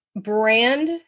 brand